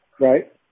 right